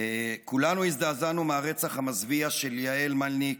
כולנו הזדעזענו מהרצח המזוויע של יעל מלניק,